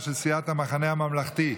סיעת המחנה הממלכתי.